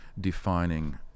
defining